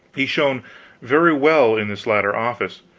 he shone very well in this latter office.